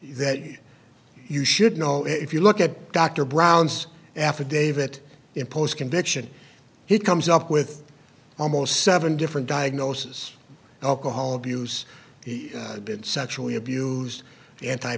that you should know if you look at dr brown's affidavit in post conviction he comes up with almost seven different diagnosis alcohol abuse he had been sexually abused an